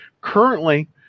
Currently